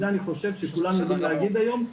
זה אני חושב שכולם יודעים להגיד היום.